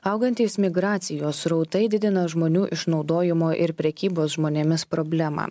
augantys migracijos srautai didina žmonių išnaudojimo ir prekybos žmonėmis problemą